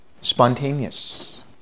spontaneous